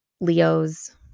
Leo's